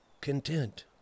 content